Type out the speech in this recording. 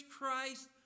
Christ